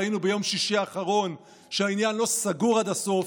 ראינו ביום שישי האחרון שהעניין לא סגור עד הסוף.